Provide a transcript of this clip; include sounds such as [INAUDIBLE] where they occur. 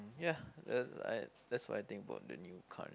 ya [NOISE] that's what I think about the new current